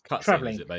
traveling